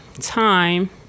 time